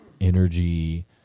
energy